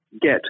get